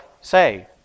say